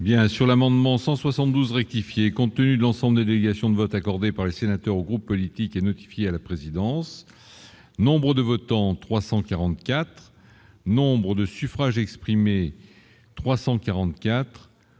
sûr, l'amendement 172 rectifier, compte tenu de l'ensemble des délégations de vote accordé par les sénateurs aux groupes politiques et notifié à la présidence Nombre de votants : 344 Nombre de suffrages exprimés 344